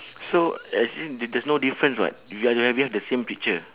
so as in th~ there's no difference [what] we ah we have we have the same picture